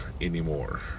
anymore